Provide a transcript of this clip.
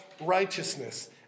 righteousness